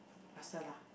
faster lah